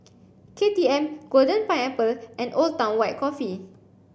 K T M Golden Pineapple and Old Town White Coffee